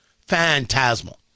Phantasmal